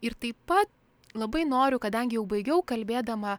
ir taip pat labai noriu kadangi jau baigiau kalbėdama